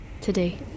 today